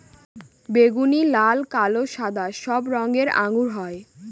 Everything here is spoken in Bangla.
বেগুনি, লাল, কালো, সাদা সব রঙের আঙ্গুর হয়